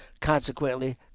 Consequently